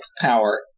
power